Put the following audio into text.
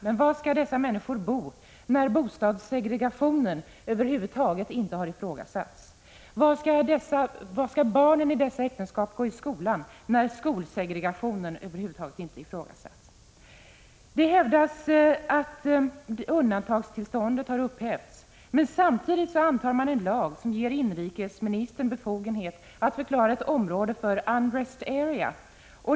Men var skall dessa människor bo, när bostadssegregationen över huvud taget inte har ifrågasatts? Var skall barnen i dessa äktenskap gå i skola, när skolsegregationen över huvud taget inte har 39 ifrågasatts? Det hävdas att undantagstillståndet har upphävts, men samtidigt antas en lag som ger inrikesministern befogenhet att förklara ett område för ”unrest area”.